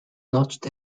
notched